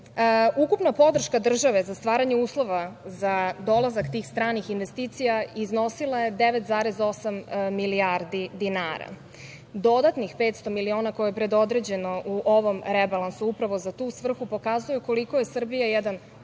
podrška države za stvaranje uslova za dolazak tih stranih investicija iznosila je 9,8 milijardi dinara. Dodatnih 500 miliona, koje je predodređeno u ovom rebalansu upravo za tu svrhu, pokazuje koliko je Srbija jedan